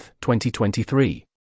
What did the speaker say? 2023